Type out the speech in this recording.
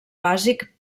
bàsic